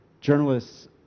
journalists